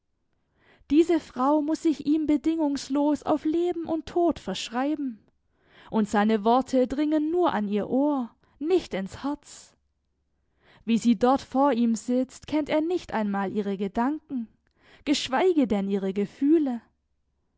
diese frau muß sich ihm bedingungslos auf leben und tod verschreiben und seine worte dringen nur an ihr ohr nicht ins herz wie sie dort vor ihm sitzt kennt er nicht einmal ihre gedanken geschweige denn ihre gefühle